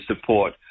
support